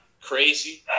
crazy